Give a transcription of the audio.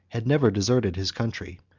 had never deserted his country.